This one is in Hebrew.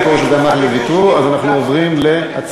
גם פרוש וגם מקלב ויתרו, אז אנחנו עוברים להצבעה.